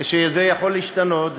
שזה יכול להשתנות,